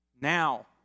Now